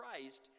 Christ